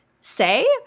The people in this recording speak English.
say